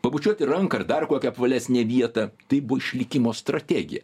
pabučiuoti ranką ir dar kokią apvalesnę vietą tai buvo išlikimo strategija